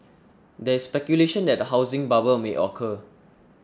there is speculation that a housing bubble may occur